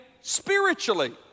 spiritually